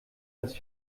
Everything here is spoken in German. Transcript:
dass